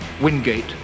Wingate